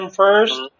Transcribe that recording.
first